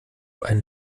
einen